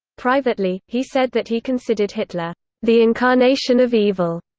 privately, he said that he considered hitler the incarnation of evil.